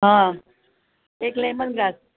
હા એક લેમનગ્લાસ